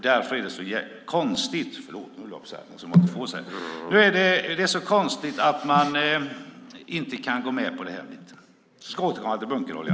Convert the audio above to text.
Det är så konstigt att man inte kan gå med i det avseendet. I nästa replik återkommer jag till bunkeroljan.